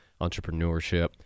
entrepreneurship